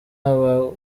aba